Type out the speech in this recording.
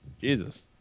Jesus